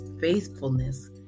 faithfulness